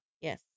Yes